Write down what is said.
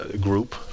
group